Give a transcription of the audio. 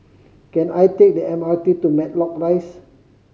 can I take the M R T to Matlock Rise